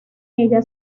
ella